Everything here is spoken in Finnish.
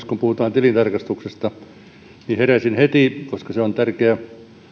kun puhutaan tilintarkastuksesta niin heräsin heti koska se on tärkeä